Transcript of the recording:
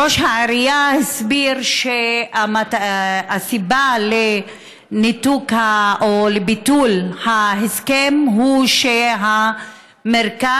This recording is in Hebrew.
ראש העירייה הסביר שהסיבה לניתוק או לביטול ההסכם היא שהמרכז